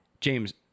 James